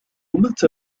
متى